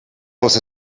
els